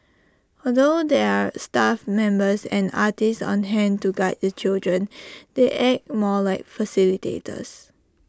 although there are staff members and artists on hand to guide the children they act more as facilitators